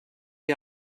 dod